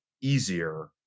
easier